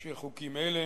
של חוקים אלה.